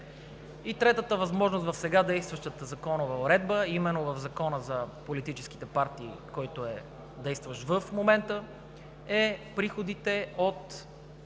И третата възможност в сега действащата законова уредба – именно в Закона за политическите партии, който е действащ в момента, е приходите от